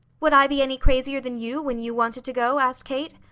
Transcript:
would i be any crazier than you, when you wanted to go? asked kate.